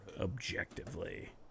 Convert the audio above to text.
Objectively